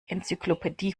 enzyklopädie